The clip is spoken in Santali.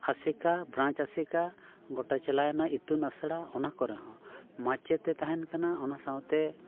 ᱟᱥᱮᱠᱟ ᱵᱨᱟᱱᱪ ᱟᱥᱮᱟ ᱜᱳᱴᱟ ᱪᱟᱞᱟᱣᱮᱱᱟ ᱤᱛᱩᱱ ᱟᱥᱲᱟ ᱚᱱᱟ ᱠᱚᱨᱮ ᱦᱚᱸ ᱢᱟᱪᱮᱛ ᱮ ᱛᱟᱦᱮᱱ ᱠᱟᱱᱟ ᱚᱱᱟ ᱥᱟᱶᱛᱮ